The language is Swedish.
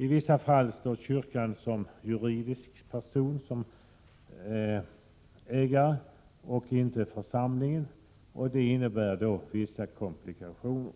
I vissa fall är det kyrkan som juridisk person som står som ägare och inte församlingen, och det innebär då vissa komplikationer.